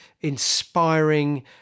inspiring